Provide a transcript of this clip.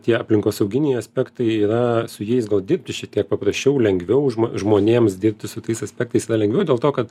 tie aplinkosauginiai aspektai yra su jais gal dirbti šitiek paprasčiau lengviau žmonėms dirbti su tais aspektais yra lengviau dėl to kad